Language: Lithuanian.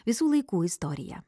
visų laikų istorija